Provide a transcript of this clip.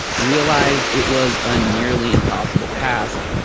realized it was a nearly impossible task,